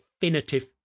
definitive